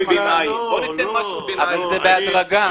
זה בהדרגה.